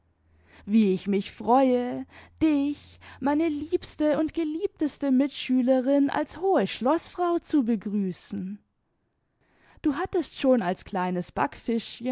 wie ich mich freue dich meine liebste und geliebteste mitschülerin als hohe schloßfrau zu begrüßen du hattest schon als kleines